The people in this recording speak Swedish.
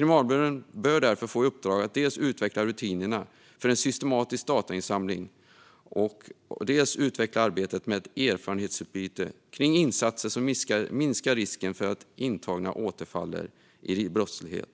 Myndigheten bör därför få i uppdrag att dels utveckla rutinerna för en systematisk datainsamling, dels utveckla arbetet med ett erfarenhetsutbyte av insatser som minskar risken att intagna återfaller i brottslighet.